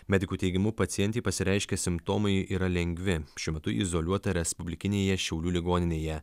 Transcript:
medikų teigimu pacientei pasireiškę simptomai yra lengvi šiuo metu izoliuota respublikinėje šiaulių ligoninėje